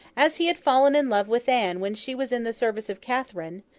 as he had fallen in love with anne when she was in the service of catherine,